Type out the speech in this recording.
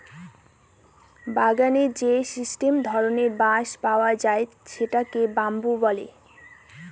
বাগানে যে স্টেম ধরনের বাঁশ পাওয়া যায় সেটাকে বাম্বু বলে